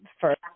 first